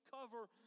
cover